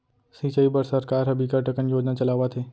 सिंचई बर सरकार ह बिकट अकन योजना चलावत हे